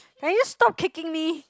can you stop kicking me